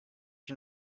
you